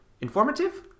Informative